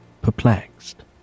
perplexed